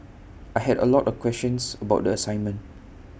I had A lot of questions about the assignment